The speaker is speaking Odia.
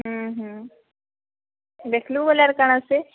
ହୁଁ ହୁଁ ଦେଖିଲୁ ବୋଲେ ଆର୍ କାଣ ସେ